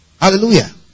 Hallelujah